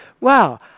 Wow